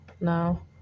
Now